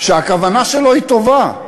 שהכוונה שלו היא טובה,